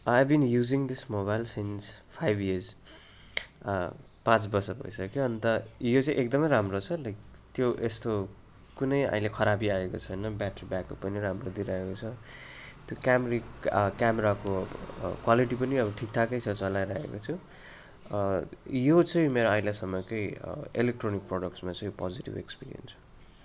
I have been using this mobile since five years पाँच वर्ष भइसक्यो अन्त यो चाहिँ एकदम राम्रो छ लाइक त्यो यस्तो कुनै अहिले खराबी आएको छैन ब्याट्री ब्याक अप पनि राम्रो दिइराखेको छ त्यो क्यामरा क्यामराको क्वालिटी पनि अब ठिकठाकै छ चलाइरहेको छु यो चाहिँ मेरो अहिलेसम्मकै इलेक्ट्रोनिक प्रोडक्टमा चाहिँ यो पोजिटिभ एक्सपिरियन्स हो